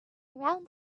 around